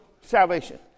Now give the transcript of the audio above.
salvation